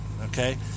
okay